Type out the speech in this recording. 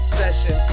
session